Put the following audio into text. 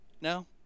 No